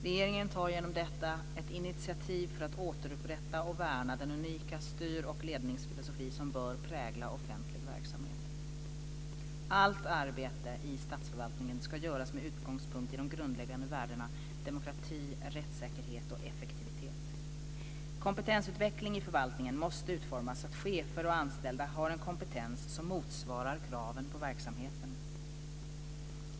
Regeringen tar genom detta ett initiativ att återupprätta och värna den unika styr och ledningsfilosofi som bör prägla offentlig verksamhet. Allt arbete i statsförvaltningen ska göras med utgångspunkt i de grundläggande värdena demokrati, rättssäkerhet och effektivitet. Kompetensutveckling i förvaltningen måste utformas så att chefer och anställda har en kompetens som motsvarar kraven på verksamheten.